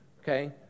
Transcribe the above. okay